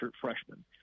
freshman